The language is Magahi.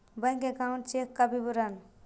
बैक अकाउंट चेक का विवरण?